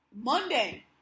Monday